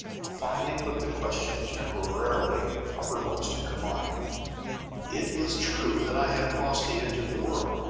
finally put the question temporarily uppermost in her mind it is true that i have crossed the edge of the world.